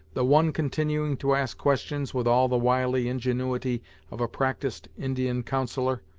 the one continuing to ask questions with all the wily ingenuity of a practised indian counsellor,